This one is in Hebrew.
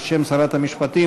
בשם שרת המשפטים,